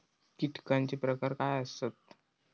कीटकांचे प्रकार काय आसत?